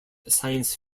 science